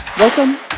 Welcome